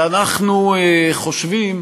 ואנחנו חושבים